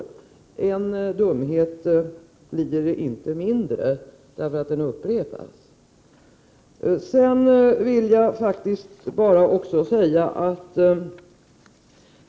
En dumhet blir inte mindre därför att den upprepas.